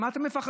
ממה אתם מפחדים?